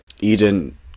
Eden